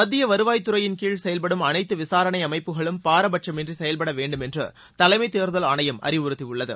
மத்திய வருவாய் துறையின் கீழ் செயல்படும் அனைத்து விசாரணை அமைப்புகளும் பாரபட்சமின்றி செயல்பட வேண்டும் என்று தலைமை தேர்தல் ஆணையம் அறிவுத்தியுள்ளது